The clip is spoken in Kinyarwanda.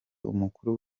umukuru